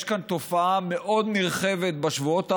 יש כאן תופעה מאוד נרחבת בשבועות האחרונים,